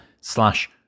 slash